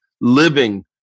living